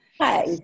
Hi